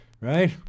Right